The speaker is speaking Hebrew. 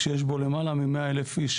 שיש בו למעלה מ-100,000 איש,